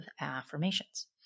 affirmations